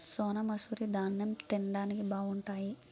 సోనామసూరి దాన్నెం తిండానికి బావుంటాయి